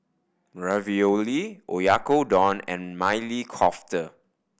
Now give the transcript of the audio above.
Ravioli Oyakodon and Maili Kofta